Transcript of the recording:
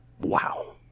Wow